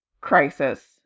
Crisis